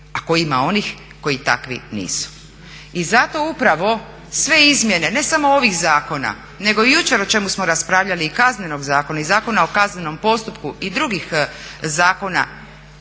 ako ima onih koji takvi nisu. I zato upravo sve izmjene, ne samo ovih zakona, nego i jučer o čemu smo raspravljali i Kaznenog zakona i Zakona o kaznenom postupku i drugih zakona